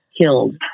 killed